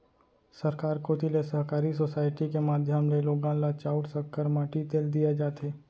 सरकार कोती ले सहकारी सोसाइटी के माध्यम ले लोगन ल चाँउर, सक्कर, माटी तेल दिये जाथे